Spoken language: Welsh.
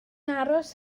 aros